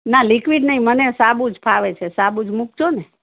ના લિક્વિડ નઇ મને સાબુજ ફાવે છે સાબુજ મુકજોને